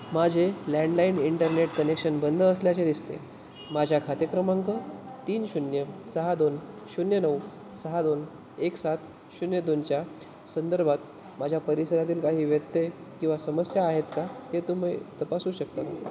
माझे landline internet connection बंद असल्याचे दिसते माझ्या खाते क्रमांक तीन शून्य सहा दोन शून्य नऊ सहा दोन एक सात शून्य दोनच्या संदर्भात माझ्या परिसरातील काही व्यत्यय किंवा समस्या आहेत का ते तुम्ही तपासू शकता का